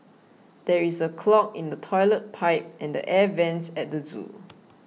there is a clog in the Toilet Pipe and the Air Vents at the zoo